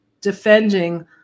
defending